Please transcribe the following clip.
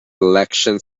election